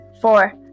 Four